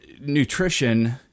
nutrition